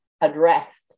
addressed